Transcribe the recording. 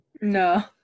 No